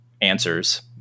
answers